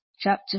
Chapter